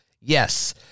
Yes